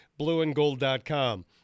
blueandgold.com